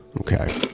Okay